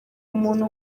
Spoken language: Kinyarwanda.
umuntu